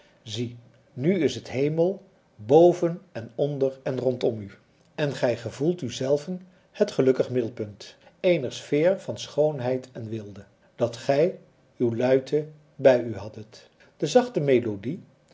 zie nu is het hemel boven en onder en rondom u en gij gevoelt u zelven het gelukkig middelpunt eener sfeer van schoonheid en weelde dat gij uwe luite bij u haddet de zachte melodie